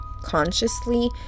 Consciously